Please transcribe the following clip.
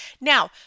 Now